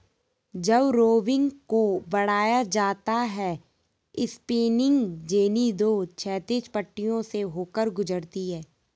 जब रोविंग को बढ़ाया जाता है स्पिनिंग जेनी दो क्षैतिज पट्टियों से होकर गुजरती है